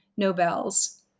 Nobels